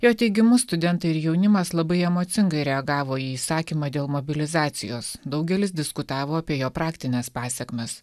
jo teigimu studentai ir jaunimas labai emocingai reagavo į įsakymą dėl mobilizacijos daugelis diskutavo apie jo praktines pasekmes